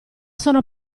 sono